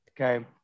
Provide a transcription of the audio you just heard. okay